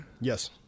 yes